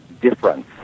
difference